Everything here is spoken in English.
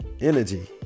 energy